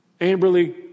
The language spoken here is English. Amberly